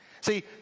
See